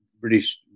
British